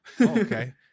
Okay